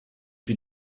più